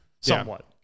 Somewhat